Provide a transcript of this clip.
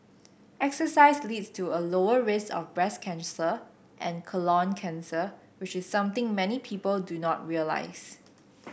exercise leads to a lower risk of breast cancer and colon cancer which is something many people do not realise